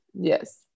Yes